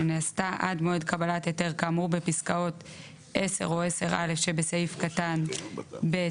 שנעשתה עד מועד קבלת היתר כאמור בפסקאות (10) או (10א) שבסעיף קטן (ב)